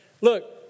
look